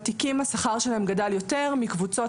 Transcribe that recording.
השכר של הוותיקים גדל יותר גם מקבוצת